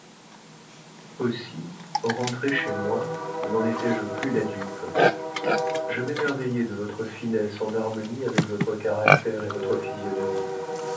aussi rentré chez moi n'en étais-je plus la dupe je m'émerveillais de votre finesse en harmonie avec votre caractère et votre physionomie